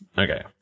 Okay